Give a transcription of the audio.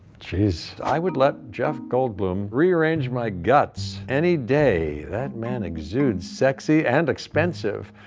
geez. i would let jeff goldblum rearrange my guts any day. that man exudes sexy and expensive.